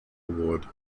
award